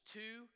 two